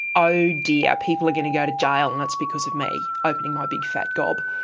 oh dear, people are going to go to jail and it's because of me opening my big fat gob.